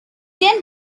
then